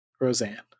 Roseanne